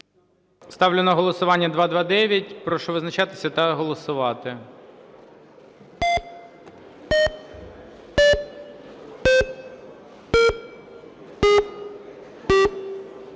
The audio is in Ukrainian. правку на голосування. Прошу визначатися та голосувати.